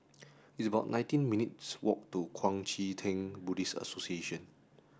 it's about nineteen minutes' walk to Kuang Chee Tng Buddhist Association